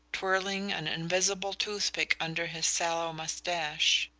twirling an invisible toothpick under his sallow moustache.